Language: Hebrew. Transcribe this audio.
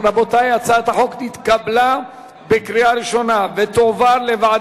ההצעה להעביר את הצעת חוק ליישום שינוי בסדרי עדיפויות